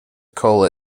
call